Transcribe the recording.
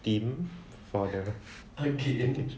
theme for the